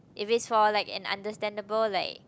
if it's for understandable like